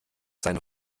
seine